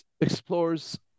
explores